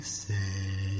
say